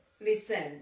listen